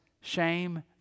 shame